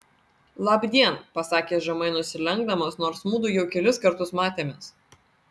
labdien pasakė žemai nusilenkdamas nors mudu jau kelis kartus matėmės